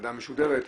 הוועדה משודרת,